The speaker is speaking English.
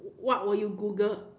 what will you Google